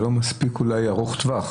אולי זה לא מספיק ארוך טווח.